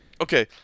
okay